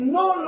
no